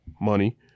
Money